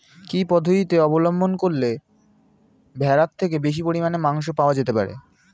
কি পদ্ধতিতে অবলম্বন করলে ভেড়ার থেকে বেশি পরিমাণে মাংস পাওয়া যেতে পারে?